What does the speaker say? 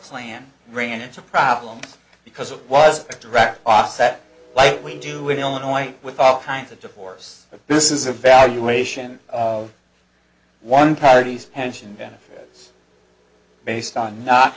slam ran into problems because it was a direct offset like we do in illinois with all kinds of divorce but this is a valuation of one party's pension benefits based on not